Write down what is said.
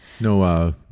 No